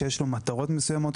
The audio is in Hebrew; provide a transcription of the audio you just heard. שיש לו מטרות מסוימות,